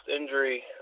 injury